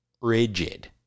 Rigid